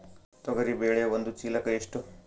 ತೊಗರಿ ಬೇಳೆ ಒಂದು ಚೀಲಕ ಎಷ್ಟು?